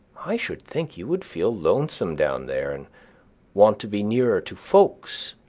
i should think you would feel lonesome down there, and want to be nearer to folks,